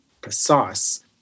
precise